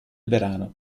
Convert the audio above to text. verano